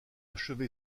achevé